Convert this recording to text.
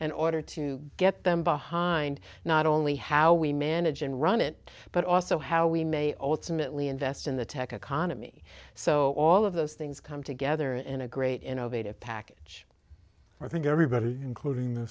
and order to get them behind not only how we manage and run it but also how we may ultimately invest in the tech economy so all of those things come together in a great innovative package i think everybody including the